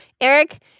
Eric